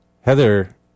heather